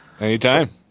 Anytime